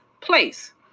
place